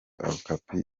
okapi